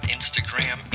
Instagram